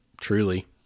truly